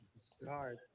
start